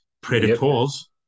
Predators